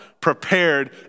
prepared